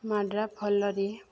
ଫଳରେ